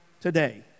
today